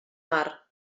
mar